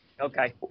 Okay